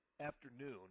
afternoon